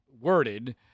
worded